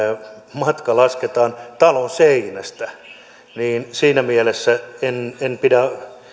matka lasketaan talon seinästä siinä mielessä